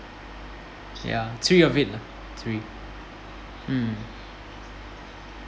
ya three of it lah three mm